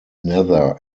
nether